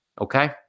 Okay